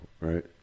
right